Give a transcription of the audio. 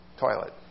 toilet